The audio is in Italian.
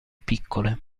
piccole